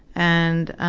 and